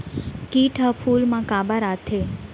किट ह फूल मा काबर आथे?